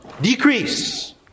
decrease